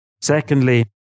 Secondly